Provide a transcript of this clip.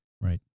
Right